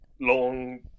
long